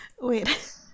Wait